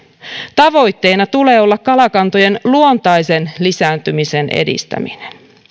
tavoitteena tulee olla kalakantojen luontaisen lisääntymisen edistäminen